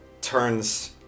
turns